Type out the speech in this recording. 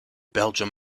belgium